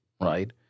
right